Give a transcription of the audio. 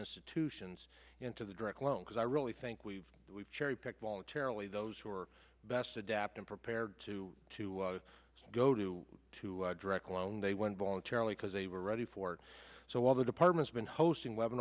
institutions into the direct loan because i really think we've we've cherry picked voluntarily those who are best adapted prepared to to go to to direct a loan they went voluntarily because they were ready for it so all the departments been hosting